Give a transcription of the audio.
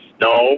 No